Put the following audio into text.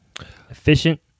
Efficient